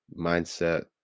mindset